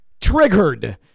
triggered